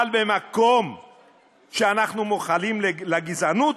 אבל במקום שאנחנו מוחלים לגזענות,